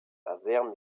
avermes